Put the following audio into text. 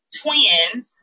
twins